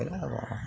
ହେବ